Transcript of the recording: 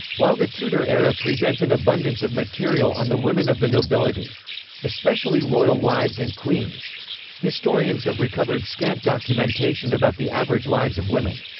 while the tudor era presents an abundance of material on the women of the nobility especially royal wives and queens historians have recovered scant documentation about the average lives of women.